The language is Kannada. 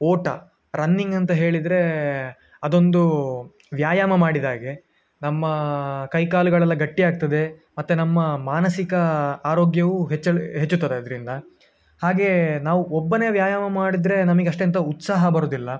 ಓಟ ರನ್ನಿಂಗ್ ಅಂತ ಹೇಳಿದ್ರೆ ಅದೊಂದು ವ್ಯಾಯಾಮ ಮಾಡಿದ ಹಾಗೆ ನಮ್ಮ ಕೈಕಾಲುಗಳೆಲ್ಲ ಗಟ್ಟಿಯಾಗ್ತದೆ ಮತ್ತು ನಮ್ಮ ಮಾನಸಿಕ ಆರೋಗ್ಯವು ಹೆಚ್ಚಳ ಹೆಚ್ಚುತ್ತದೆ ಅದರಿಂದ ಹಾಗೆಯೇ ನಾವು ಒಬ್ಬನೇ ವ್ಯಾಯಾಮ ಮಾಡಿದರೆ ನಮಿಗೆ ಅಷ್ಟೆಂತ ಉತ್ಸಾಹ ಬರುವುದಿಲ್ಲ